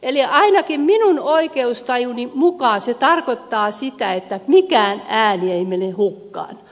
eli ainakin minun oikeustajuni mukaan se tarkoittaa sitä että mikään ääni ei mene hukkaan